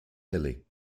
hilly